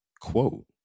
quote